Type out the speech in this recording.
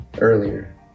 earlier